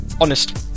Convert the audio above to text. Honest